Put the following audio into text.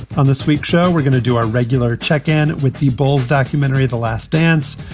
on this week's show, we're going to do our regular check in with the bold documentary the last dance,